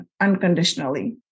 unconditionally